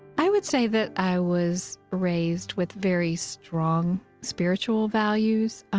i would say that i was raised with very strong spiritual values. ah